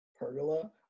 pergola